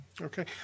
Okay